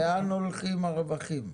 לאן הולכים הרווחים?